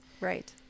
right